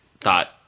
thought